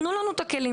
תנו לנו את הכלים.